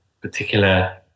particular